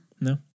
No